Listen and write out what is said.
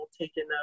taken